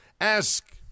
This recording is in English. Ask